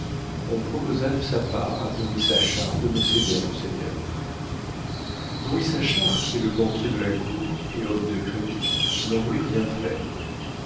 on proposa de sa part à don issachar de me céder à monseigneur don issachar qui est le banquier de la cour et homme de crédit n'en voulut rien faire